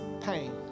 pain